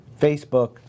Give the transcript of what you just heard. Facebook